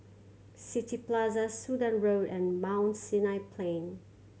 City Plaza Sudan Road and Mount Sinai Plain